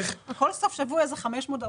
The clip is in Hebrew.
בכל סוף שבוע יש שם חמש מודעות.